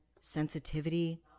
sensitivity